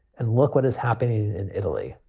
and look what is happening in italy.